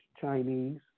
Chinese